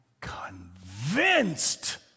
convinced